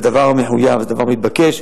זה דבר מחויב, זה דבר מתבקש.